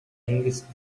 englishman